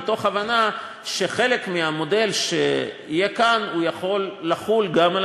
מתוך הבנה שחלק מהמודל שיהיה כאן יכול לחול גם על